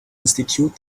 institute